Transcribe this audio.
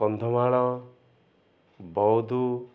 Kandhamal ବଉଦୁ